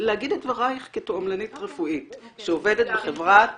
להגיד את דברייך כתועמלנית רפואית שעוברת בחברת